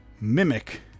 mimic